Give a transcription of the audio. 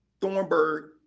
Thornburg